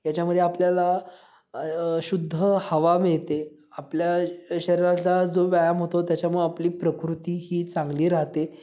याच्यामध्ये आपल्याला शुद्ध हवा मिळते आपल्या शरीराला जो व्यायाम होतो त्याच्यामुळं आपली प्रकृती ही चांगली राहते